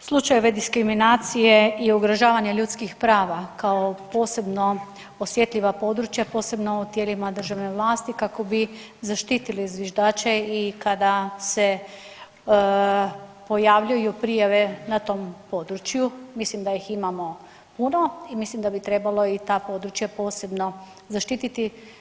slučajeve diskriminacije i ugrožavanja ljudskih prava kao posebno osjetljiva područja, posebno u tijelima državne vlasti kako bi zaštitili zviždače i kada se pojavljuju prijave na tom području, mislim da ih imamo puno i mislim da bi trebalo i ta područja posebno zaštititi.